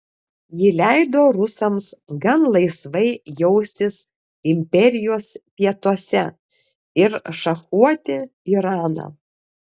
ji leido rusams gan laisvai jaustis imperijos pietuose ir šachuoti iraną